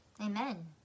Amen